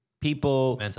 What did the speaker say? people